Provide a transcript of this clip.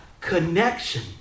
connection